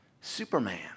Superman